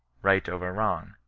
right over wrong,